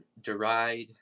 deride